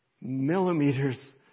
millimeters